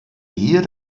hier